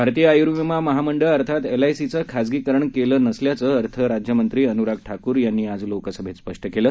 भारतीय आय्र्विमा महामंडळ अर्थात एलआयसीचं खाजगीकरण केलं नसल्याचं अर्थ राज्यमंत्री अन्राग ठाकूर यांनी लोकसभेत स्पष् केलं